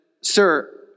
sir